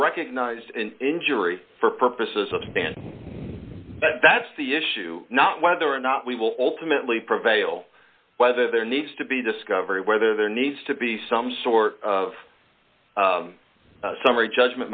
recognized an injury for purposes of standing but that's the issue not whether or not we will ultimately prevail whether there needs to be discovery whether there needs to be some sort of summary judgment